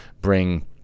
bring